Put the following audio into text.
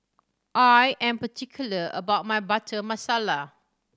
I am particular about my Butter Masala